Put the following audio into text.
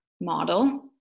model